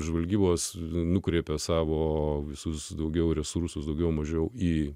žvalgybos nukreipė savo visus daugiau resursų daugiau mažiau į